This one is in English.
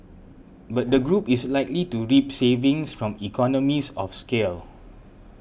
but the group is likely to reap savings from economies of scale